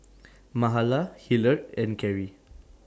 Mahala Hillard and Carry